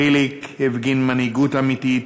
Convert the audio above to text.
חיליק הפגין מנהיגות אמיתית